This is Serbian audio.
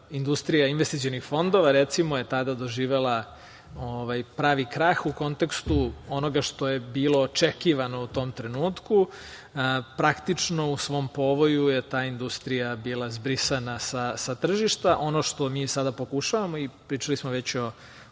industrija, investicioni fondova, recimo, je tada doživela pravi krah u kontekstu onoga što je bilo očekivano u tom trenutku. Praktično u svom povoju je ta industrija bila zbrisana sa tržišta. Ono što mi sada pokušavamo, i pričali smo već o